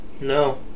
No